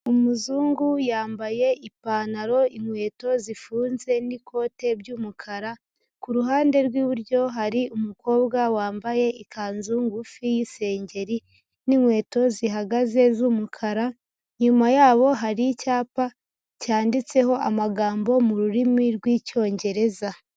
Umuzungu yambaye ipantaro, inkweto zifunze n'ikote by'umukara, ku ruhande rw'iburyo hari umukobwa wambaye ikanzu ngufi y'isengeri, n'inkweto zihagaze z'umukara, inyuma yabo hari icyapa cyanditseho amagambo mu rurimi rw'Icyongereza.